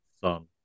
son